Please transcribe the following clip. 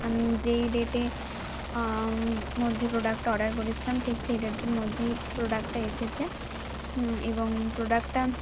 আমি যেই ডেটের মধ্যে প্রোডাক্টটা অর্ডার করেছিলাম ঠিক সেই ডেটের মধ্যেই প্রোডাক্টটা এসেছে এবং প্রোডাক্টটা